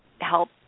help